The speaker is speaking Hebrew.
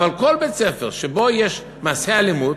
אבל כל בית-ספר שבו יש מעשי אלימות,